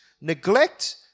neglect